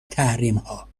تحریمها